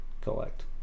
collect